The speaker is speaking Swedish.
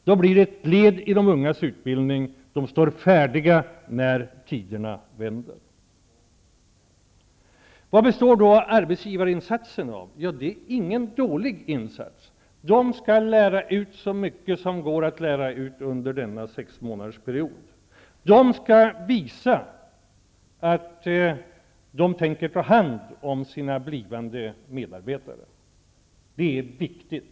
Då blir praktiken ett led i de ungas utbildning, och de står färdiga när tiderna förbättras. Vad består arbetsgivarinsatsen av? Det är ingen dålig insats. Arbetsgivarna skall lära ut så mycket som går att lära ut under denna sexmånadersperiod. De skall visa att de tänker ta hand om sina blivande medarbetare. Det är viktigt.